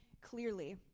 clearly